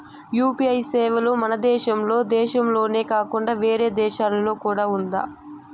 UPI సేవలు మన దేశం దేశంలోనే కాకుండా వేరే దేశాల్లో కూడా ఉందా?